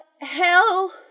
hell